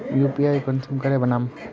UPI कुंसम करे बनाम?